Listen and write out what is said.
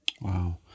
Wow